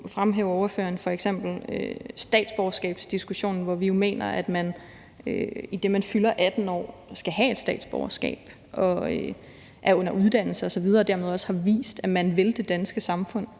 fremhæver ordføreren f.eks. statsborgerskabsdiskussionen, hvor vi jo mener, at man skal have et statsborgerskab, idet man fylder 18 år, er under uddannelse og dermed også har vist, at man vil det danske samfund.